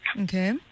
Okay